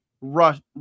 rush